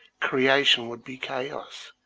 creation would be chaos.